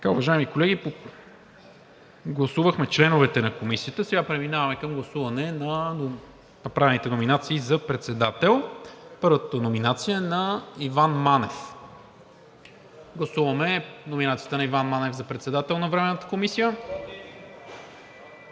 Уважаеми колеги, гласувахме членовете на Комисията. Сега преминаваме към гласуване на направените номинации за председател. Първата номинация е на Иван Манев. Гласуваме номинацията на Иван Манев за председател на Временната комисия.